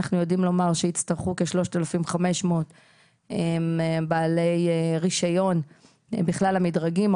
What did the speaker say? אנחנו יודעים לומר שיצטרכו כ-3,500 בעלי רישיון בכלל המדרגים.